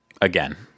again